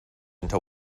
into